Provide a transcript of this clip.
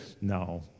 no